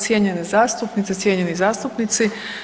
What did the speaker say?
Cijenjene zastupnice, cijenjeni zastupnici.